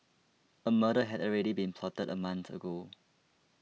a murder had already been plotted a month ago